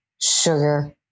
sugar